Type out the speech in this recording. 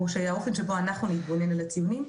האופן שבו אנחנו נתבונן על הציונים.